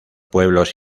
pueblos